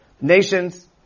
nations